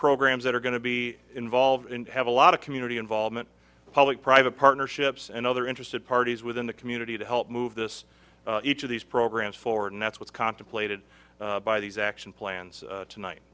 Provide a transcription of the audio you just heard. programs that are going to be involved and have a lot of community involvement public private partnerships and other interested parties within the community to help move this each of these programs forward and that's what's contemplated by these action plans tonight